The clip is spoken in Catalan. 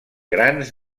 grans